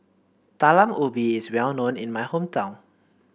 Talam Ubi is well known in my hometown